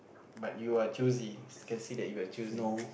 but you are choosy can see that you are choosy